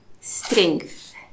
Strength